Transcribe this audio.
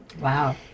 Wow